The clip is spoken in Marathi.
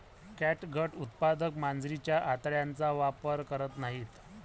कॅटगट उत्पादक मांजरीच्या आतड्यांचा वापर करत नाहीत